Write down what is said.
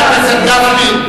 חבר הכנסת גפני,